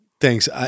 Thanks